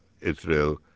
Israel